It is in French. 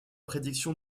prédiction